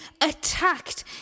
attacked